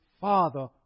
Father